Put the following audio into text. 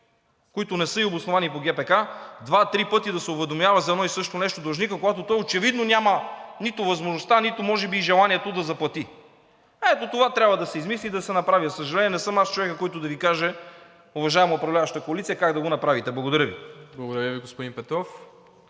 които не са и обосновани и по ГПК – два, три пъти да се уведомява за едно и също нещо длъжникът, когато той очевидно няма нито възможността, нито може би и желанието да заплати. Ето това трябва да се измисли и да се направи. За съжаление, не съм аз човекът, който да Ви каже, уважаема управляваща коалиция, как да го направите. Благодаря Ви. ПРЕДСЕДАТЕЛ МИРОСЛАВ